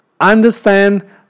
Understand